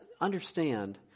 Understand